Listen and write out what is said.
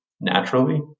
naturally